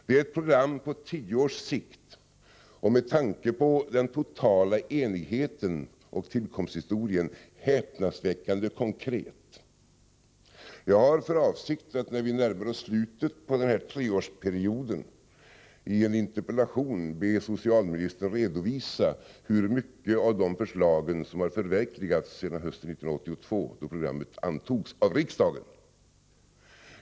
Det är ett program på tio års sikt och med tanke på den totala enigheten och tillkomsthistorien häpnadsväckande konkret. Jag har för avsikt att när vi närmar oss slutet av den här treårsperioden i en interpellation be socialministern att redovisa hur mycket av förslagen i programmet som har förverkligats sedan hösten 1982, då programmet antogs av riksdagen.